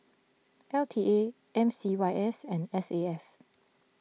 L T A M C Y S and S A F